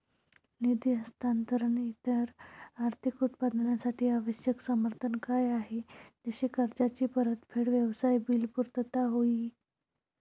निधी हस्तांतरण इतर आर्थिक उत्पादनांसाठी आवश्यक समर्थन कार्य आहे जसे कर्जाची परतफेड, व्यवसाय बिल पुर्तता होय ई